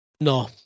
no